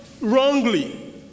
wrongly